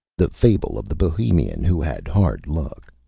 the fable of the bohemian who had hard luck